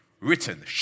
written